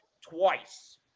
twice